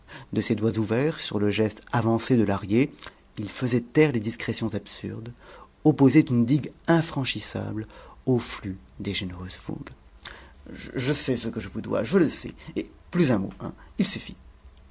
de ses doigts ouverts sur le geste avancé de lahrier il faisait taire les discrétions absurdes opposait une digue infranchissable au flux des généreuses fougues je sais ce que je vous dois je le sais et plus un mot hein il suffit